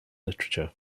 literature